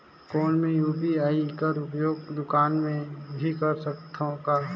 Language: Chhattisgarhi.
कौन मै यू.पी.आई कर उपयोग दुकान मे भी कर सकथव का?